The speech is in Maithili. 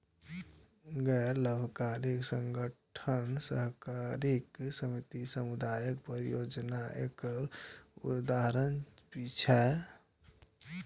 गैर लाभकारी संगठन, सहकारी समिति, सामुदायिक परियोजना एकर उदाहरण छियै